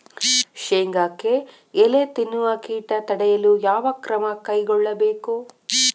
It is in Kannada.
ಶೇಂಗಾಕ್ಕೆ ಎಲೆ ತಿನ್ನುವ ಕೇಟ ತಡೆಯಲು ಯಾವ ಕ್ರಮ ಕೈಗೊಳ್ಳಬೇಕು?